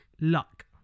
Luck